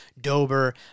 Dober